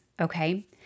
Okay